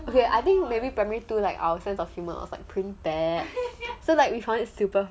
okay I think maybe primary two like our sense of humour is like pretty bad so like we one it super funny